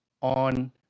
on